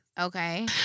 Okay